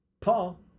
Paul